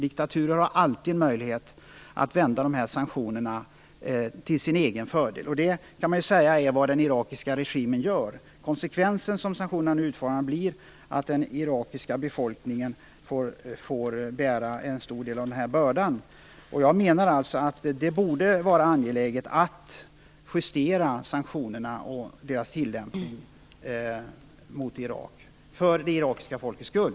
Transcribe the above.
Diktaturer har alltid möjlighet att vända sanktionerna till sin egen fördel. Det är, kan man säga, vad den irakiska regimen gör. Konsekvensen av sanktioner i nuvarande form blir att den irakiska befolkningen får bära en stor del av bördan. Jag menar alltså att det borde vara angeläget att justera sanktionerna och deras tillämpning mot Irak för det irakiska folkets skull.